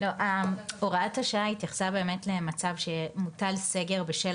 --- הוראת השעה התייחסה באמת למצב שמוטל סגר בשל